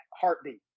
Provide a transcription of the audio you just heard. heartbeat